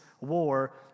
war